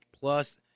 plus